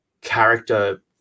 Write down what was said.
character